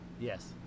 Yes